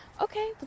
Okay